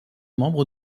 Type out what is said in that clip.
membres